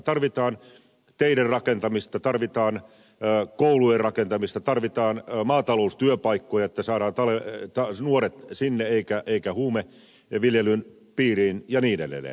tarvitaan teiden rakentamista tarvitaan koulujen rakentamista tarvitaan maata loustyöpaikkoja että saadaan nuoret sinne eikä huumeviljelyn piiriin ja niin edelleen